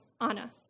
Anna